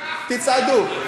תצעדו.